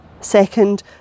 Second